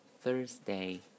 Thursday